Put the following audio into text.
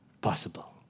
possible